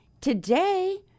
today